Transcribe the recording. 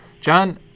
John